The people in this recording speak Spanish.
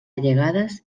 llegadas